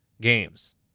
games